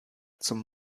zum